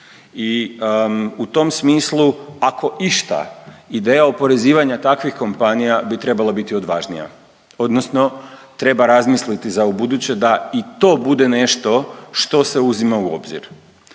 i u tom smislu ako išta, ideja oporezivanja takvih kompanija bi trebala biti odvažnija odnosno treba razmisliti za ubuduće da i to bude nešto što se uzima u obzir.